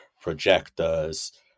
projectors